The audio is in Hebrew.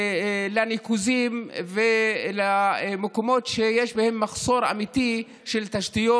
בניקוזים ולמקומות שיש בהם מחסור אמיתי של תשתיות,